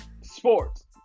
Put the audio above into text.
Sports